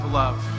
love